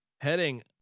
heading